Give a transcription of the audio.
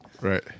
Right